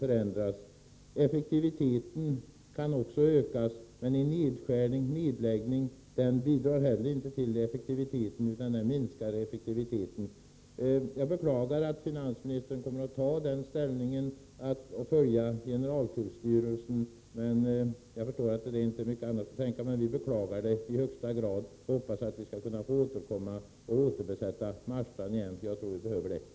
Det kan behövas ökad effektivitet. Men en nedskärning eller nedläggning bidrar inte till en sådan, utan den minskar effektiviteten. Jag beklagar att finansministern kommer att följa generaltullstyrelsens förslag. Men jag förstår att det inte återstår mycket annat. På västkusten beklagar vi detta i högsta grad. Vi hoppas emellertid att kustposteringen i Marstrand åter skall kunna bemannas. Jag tror att vi behöver den.